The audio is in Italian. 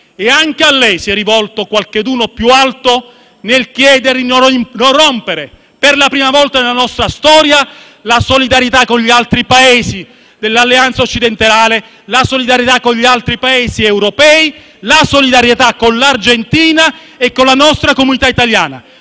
e anche a lei si è rivolto qualcuno più in alto nel chiedere di non rompere, per la prima volta nella nostra storia, la solidarietà con gli altri Paesi dell'Alleanza occidentale, la solidarietà con gli altri Paesi europei, con l'Argentina e con la nostra comunità italiana.